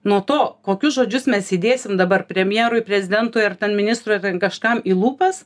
nuo to kokius žodžius mes įdėsim dabar premjerui prezidentui ar ten ministrui kažkam į lūpas